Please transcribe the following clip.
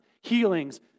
healings